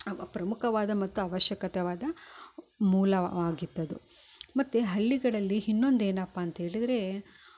ಪ್ರಮುಖವಾದ ಮತ್ತು ಅವಶ್ಯಕವಾದ ಮೂಲವಾಗಿತ್ತು ಅದು ಮತ್ತು ಹಳ್ಳಿಗಳಲ್ಲಿ ಇನ್ನೊಂದು ಏನಪ್ಪ ಅಂತೇಳಿದರೆ